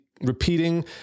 repeating